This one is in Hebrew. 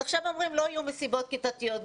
עכשיו אומרים שלא יהיו מסיבות כיתתיות,